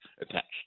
attached